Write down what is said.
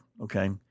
okay